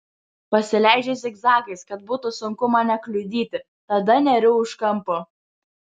pasileidžiu zigzagais kad būtų sunku mane kliudyti tada neriu už kampo